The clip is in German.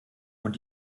und